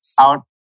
out